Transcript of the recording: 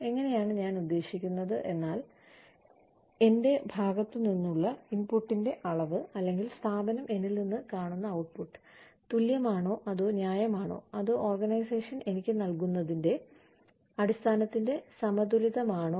എങ്ങനെയാണ് ഞാൻ ഉദ്ദേശിക്കുന്നത് എന്നാൽ എന്റെ ഭാഗത്തുനിന്നുള്ള ഇൻപുട്ടിന്റെ അളവ് അല്ലെങ്കിൽ സ്ഥാപനം എന്നിൽ നിന്ന് കാണുന്ന ഔട്ട്പുട്ട് തുല്യമാണോ അതോ ന്യായമാണോ അതോ ഓർഗനൈസേഷൻ എനിക്ക് നൽകുന്നതിന്റെ അടിസ്ഥാനത്തിൽ സമതുലിതമാണോ